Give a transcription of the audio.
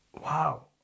wow